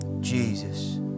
Jesus